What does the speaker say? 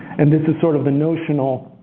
and this is sort of a notional,